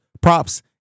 props